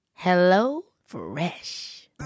HelloFresh